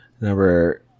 Number